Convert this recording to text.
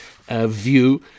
view